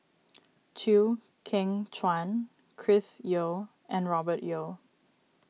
Chew Kheng Chuan Chris Yeo and Robert Yeo